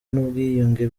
n’ubwiyunge